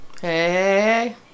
hey